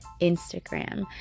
instagram